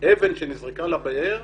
אבן שנזרקה לבאר,